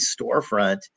storefront